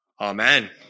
Amen